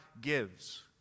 gives